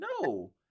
no